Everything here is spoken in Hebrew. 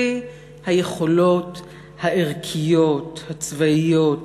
שיא היכולות הערכיות, הצבאיות,